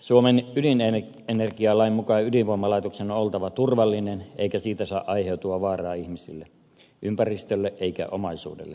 suomen ydinenergialain mukaan ydinvoimalaitoksen on oltava turvallinen eikä siitä saa aiheutua vaaraa ihmisille ympäristölle eikä omaisuudelle